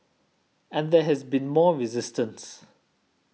and there has been more resistance